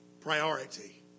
priority